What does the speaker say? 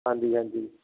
ਹਾਂਜੀ ਹਾਂਜੀ